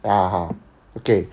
ah ah okay